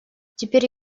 теперь